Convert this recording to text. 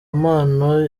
mpano